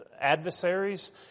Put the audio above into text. adversaries